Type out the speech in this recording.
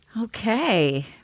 Okay